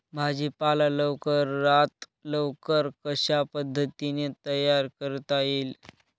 भाजी पाला लवकरात लवकर कशा पद्धतीने तयार करता येईल?